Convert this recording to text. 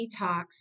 detox